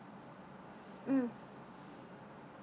mm